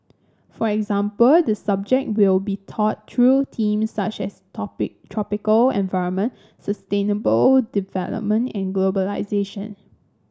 for example the subject will be taught through themes such as topic tropical environment sustainable development and globalisation